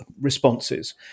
responses